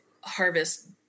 harvest